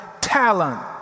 talent